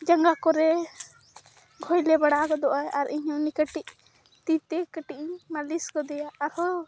ᱡᱟᱸᱜᱟ ᱠᱚᱨᱮ ᱜᱷᱚᱭᱞᱮ ᱵᱟᱲᱟ ᱜᱚᱫᱚᱜ ᱟᱭ ᱟᱨ ᱤᱧᱦᱚᱸ ᱩᱱᱤ ᱠᱟᱴᱤᱡ ᱛᱤᱛᱮ ᱠᱟᱹᱴᱤᱡ ᱤᱧ ᱢᱟᱹᱞᱤᱥ ᱜᱚᱫᱮᱭᱟ ᱟᱨᱦᱚᱸ